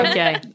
Okay